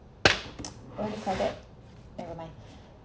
nevermind